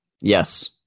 Yes